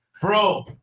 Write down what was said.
Bro